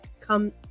Come